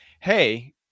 Hey